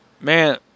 man